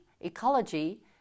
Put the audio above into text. ecology